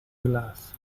glass